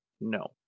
No